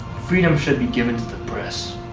freedom should be given to the press